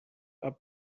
are